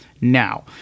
Now